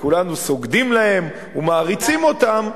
וכולנו סוגדים להם ומעריצים אותם,